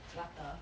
flutter